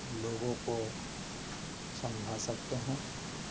लोगों को समझा सकते हैं